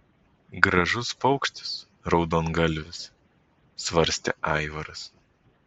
gražus paukštis raudongalvis svarstė aivaras